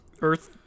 earth